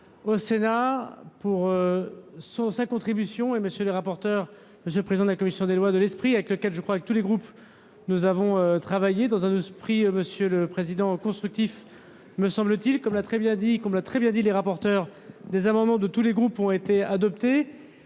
au Sénat pour son sa contribution et monsieur les rapporteurs, monsieur le président de la commission des lois de l'esprit avec lequel je croyais que tous les groupes, nous avons travaillé dans un esprit monsieur le Président, constructif, me semble-t-il, comme l'a très bien dit, comme l'a très bien dit, les rapporteurs des amendements de tous les groupes ont été adoptés,